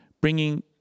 Bringing